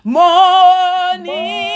morning